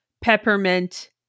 peppermint